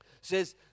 says